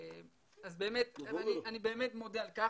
אני באמת מודה על כך.